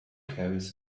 carries